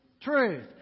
truth